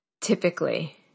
typically